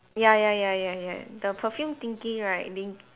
ya ya ya ya ya the perfume thingy right didn't